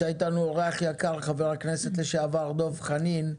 נמצא איתנו אורח יקר, חבר הכנסת לשעבר דב חנין,